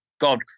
God